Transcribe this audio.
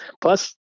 Plus